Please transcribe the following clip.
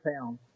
pounds